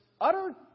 utter